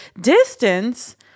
distance